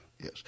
Yes